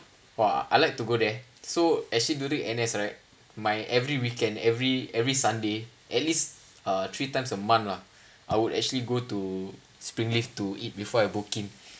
!wah! I like to go there so actually during N_S right my every weekend every every sunday at uh least three times a month lah I would actually go to springleaf to eat before I booking